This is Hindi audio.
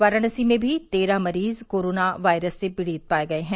वाराणसी में भी तेरह मरीज कोरोना वायरस से पीड़ित पाए गए हैं